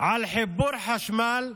חיבור חשמל?